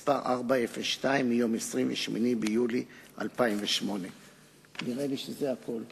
מס' 402, מיום 28 ביולי 2008. נראה לי שזה הכול.